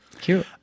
Cute